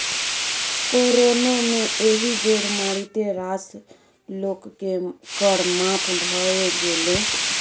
corona मे एहि बेर मारिते रास लोककेँ कर माफ भए गेलै